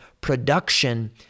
production